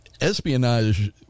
espionage